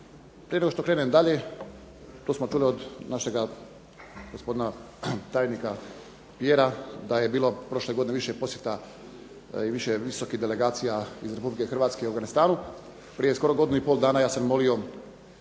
Prije nego što krenem dalje tu smo čuli od našega gospodina tajnika Pjera da je bilo prošle godine više posjeta i više visokih delegacija iz Republike Hrvatske u Afganistanu. Prije skoro godinu i pol dana ja sam molio